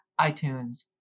iTunes